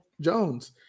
Jones